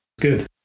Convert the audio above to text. Good